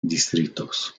distritos